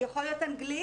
יכול להיות אנגלית.